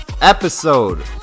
episode